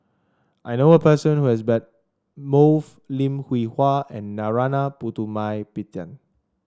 I know a person who has met both Lim Hwee Hua and Narana Putumaippittan